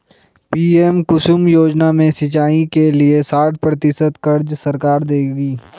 PM Kusum योजना में सिंचाई के लिए साठ प्रतिशत क़र्ज़ सरकार देगी